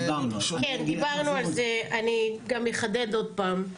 דיברנו על זה, אני גם אחדד עוד פעם.